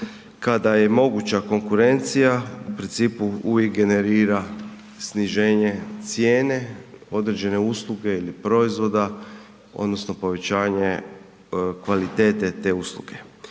kada je moguća konkurencija u principu uvijek generira sniženje cijene određene usluge ili proizvoda odnosno povećanje kvalitete te usluge.